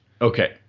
Okay